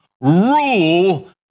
rule